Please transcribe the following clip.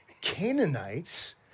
Canaanites